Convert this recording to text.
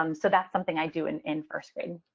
um so that's something i do in in first grade.